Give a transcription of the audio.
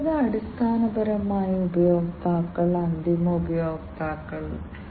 അതിനാൽ പ്രോഗ്രാമിംഗ് ആവശ്യത്തിനായി വ്യത്യസ്ത ഉപകരണ ലൈബ്രറികളും ലഭ്യമാണ്